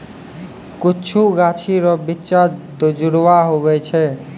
कुछु गाछी रो बिच्चा दुजुड़वा हुवै छै